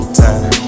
time